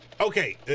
Okay